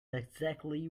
exactly